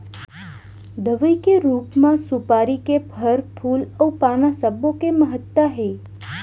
दवई के रूप म सुपारी के फर, फूल अउ पाना सब्बो के महत्ता हे